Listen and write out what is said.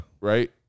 right